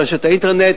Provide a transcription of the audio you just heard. רשת האינטרנט,